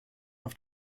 auf